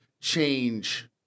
change